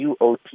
UOT